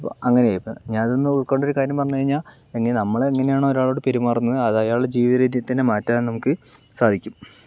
അപ്പോൾ അങ്ങനെയായി ഇപ്പോൾ ഞാൻ ഇതിൽനിന്ന് ഉൾക്കൊണ്ടൊരു കാര്യം പറഞ്ഞ് കഴിഞ്ഞാൽ എങ്കിൽ നമ്മളെങ്ങനെയാണോ ഒരാളോട് പെരുമാറുന്നത് അത് അയാളുടെ ജീവിത രീതിയെ തന്നെ മാറ്റാൻ നമുക്ക് സാധിക്കും